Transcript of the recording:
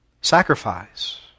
Sacrifice